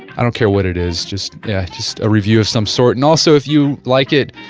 i don't care what it is just just a review of some sort. and also if you like it,